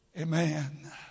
amen